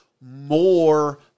more